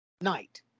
night